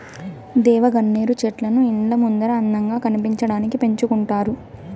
దేవగన్నేరు చెట్లను ఇండ్ల ముందర అందంగా కనిపించడానికి పెంచుకుంటారు